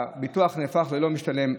הביטוח נהפך ללא משתלם.